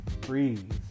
Breathe